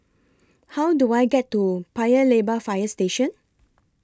How Do I get to Paya Lebar Fire Station